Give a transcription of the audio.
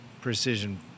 precision